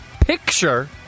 picture